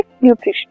nutrition